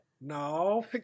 no